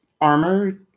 armor